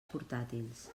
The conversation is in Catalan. portàtils